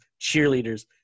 cheerleaders